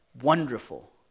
wonderful